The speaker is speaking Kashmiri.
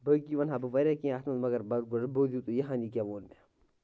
بٲقٕے وَن ہا بہٕ واریاہ کیٚنٛہہ اَتھ منٛز مگر بوٗزِو تُہۍ یہِ ہان یہِ کیاہ ووٚن مےٚ